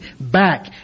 back